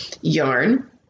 yarn